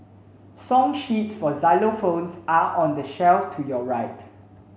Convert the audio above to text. song sheets for xylophones are on the shelf to your right